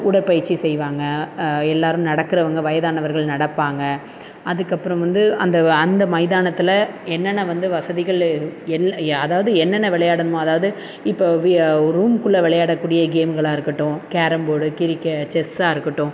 உடற்பயிற்சி செய்வாங்க எல்லோரும் நடக்கிறவங்க வயதானவர்கள் நடப்பாங்க அதுக்கப்புறம் வந்து அந்த அந்த மைதானத்தில் என்னென்ன வந்து வசதிகள் என் அதாவது என்னென்ன விளயாடணுமோ அதாவது இப்போது ரூமுக்குள்ள விளயாடக் கூடிய கேம்களாக இருக்கட்டும் கேரம் போர்டு கிரிக்கெ செஸ்ஸாக இருக்கட்டும்